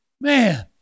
man